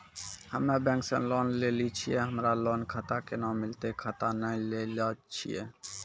हम्मे बैंक से लोन लेली छियै हमरा लोन खाता कैना मिलतै खाता नैय लैलै छियै?